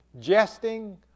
jesting